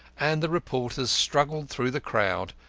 and the reporters struggled through the crowd,